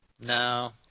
No